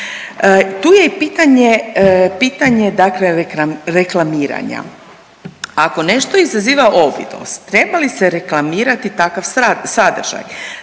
pitanje dakle reklamiranja. Ako nešto izaziva ovisnost treba li se reklamirati takav sadržaj?